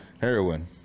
Heroin